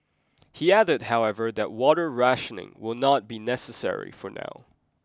he added however that water rationing will not be necessary for now